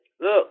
Look